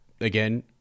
again